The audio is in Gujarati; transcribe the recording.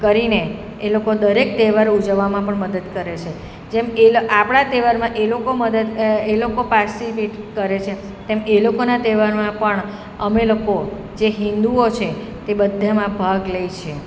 કરીને એ લોકો દરેક તહેવારો ઉજવવામાં પણ મદદ કરે છે જેમ એલ આપણા તહેવારમાં એ લોકો મદદ એ લોકો પાછી પીઠ કરે છે તેમ એ લોકોના તહેવારમાં પણ અમે લોકો જે હિન્દુઓ છે તે બધામાં ભાગ લે છે